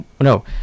no